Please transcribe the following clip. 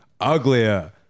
uglier